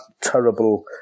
terrible